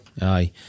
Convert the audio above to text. aye